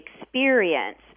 experience